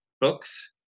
books